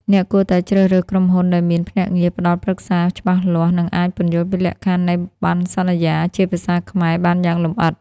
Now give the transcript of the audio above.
អ្នកគួរតែជ្រើសរើសក្រុមហ៊ុនដែលមាន ភ្នាក់ងារផ្ដល់ប្រឹក្សា ច្បាស់លាស់ និងអាចពន្យល់ពីលក្ខខណ្ឌនៃបណ្ណសន្យាជាភាសាខ្មែរបានយ៉ាងលម្អិត។